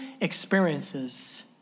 experiences